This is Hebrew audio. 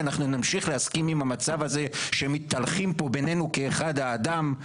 שאנחנו נמשיך להסכים עם המצב הזה שהם מתהלכים פה בינינו כאחד האדם,